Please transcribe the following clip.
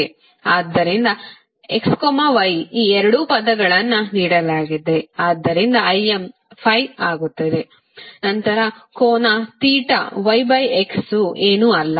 ಆದ್ದರಿಂದ x y ಈ ಎರಡು ಪದಗಳನ್ನು ನೀಡಲಾಗಿದೆ ಆದ್ದರಿಂದIm 5 ಆಗುತ್ತದೆ ನಂತರ ಕೋನ ಥೀಟಾ yx ವು ಏನೂ ಅಲ್ಲ